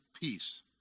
peace